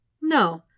No